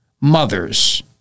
mothers